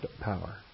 power